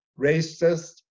racist